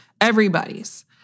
everybody's